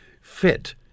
fit